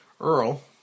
Earl